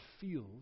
feels